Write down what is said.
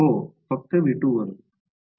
हो फक्त V2 वरून